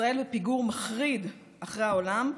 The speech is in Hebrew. ישראל בפיגור מחריד אחרי העולם,